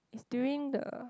it's during the